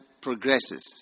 progresses